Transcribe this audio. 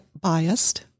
biased